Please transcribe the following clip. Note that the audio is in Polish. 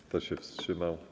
Kto się wstrzymał?